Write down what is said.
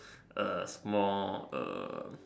A small um